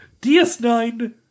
DS9